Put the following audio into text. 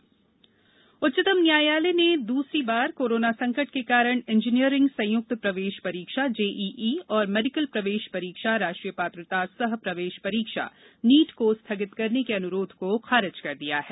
उच्चतम न्यायालय उच्चतम न्यायालय ने दूसरी बार कोरोनो संकट के कारण इंजीनियरिंग संयुक्त प्रवेश परीक्षा जेईई और मेडिकल प्रवेश परीक्षा राष्ट्रीय पात्रता सह प्रवेश परीक्षा नीट को स्थगित करने के अनुरोध को खारिज कर दिया है